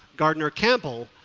gardener campbell,